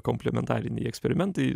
komplementariniai eksperimentai